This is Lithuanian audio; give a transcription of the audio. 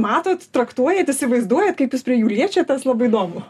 matot traktuojat įsivaizduojat kaip jūs prie jų liečiatės labai įdomu